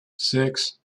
six